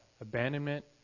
Abandonment